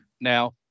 now